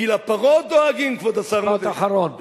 כי לפרות דואגים, כבוד השר, משפט אחרון.